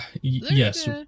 Yes